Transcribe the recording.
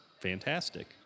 fantastic